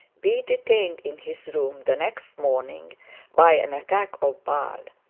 be detained in his room the next morning by an attack of bile.